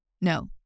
No